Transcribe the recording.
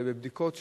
ובבדיקות,